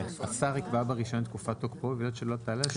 השר יקבע ברישיון תקופת תוקפו שלא תעלה על 30 שנה.